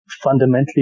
fundamentally